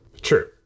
True